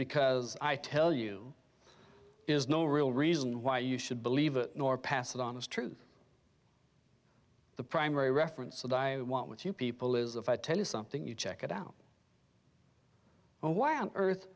because i tell you is no real reason why you should believe it nor pass it on as true the primary reference that i want with you people is if i tell you something you check it out and why on earth